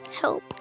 help